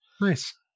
nice